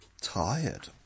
tired